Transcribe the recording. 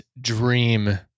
dream